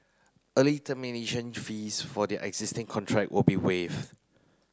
early termination fees for their existing contract will be waived